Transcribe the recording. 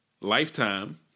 Lifetime